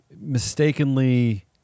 mistakenly